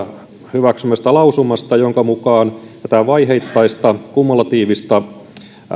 hyväksymästä lausumasta jonka mukaan tätä vaiheittaista kumulatiivista